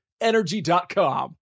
energy.com